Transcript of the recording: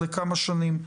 לכמה שנים,